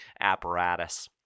apparatus